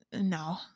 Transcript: no